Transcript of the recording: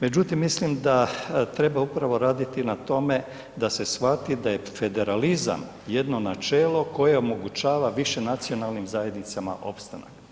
Međutim, mislim da treba upravo raditi na tome da se shvati da je federalizam jedno načelo koje omogućava više nacionalnim zajednicama opstanak.